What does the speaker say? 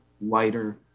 wider